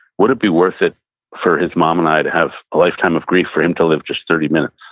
would it be worth it for his mom and i to have a lifetime of grief for him to live just thirty minutes?